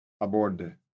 aboard